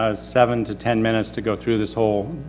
ah seven to ten minutes to go through this whole,